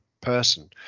person